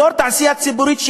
אזור התעשייה ציפורית,